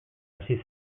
hasi